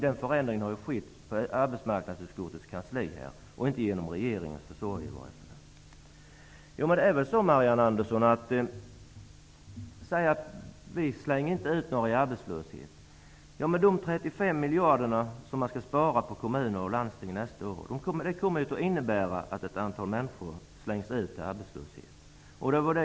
Den förändringen har skett på arbetsmarknadsutskottets kansli och inte genom regeringens försorg. Marianne Andersson säger att man inte slänger ut några människor i arbetslöshet. Men de 35 miljarder som man skall spara i kommuner och landsting nästa år kommer att innebära att ett antal människor slängs ut i arbetslöshet.